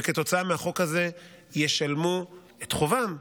וכתוצאה מהחוק הזה ישלמו את חובם,